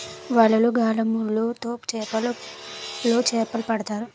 వలలు, గాలములు తో చేపలోలు చేపలు పడతారు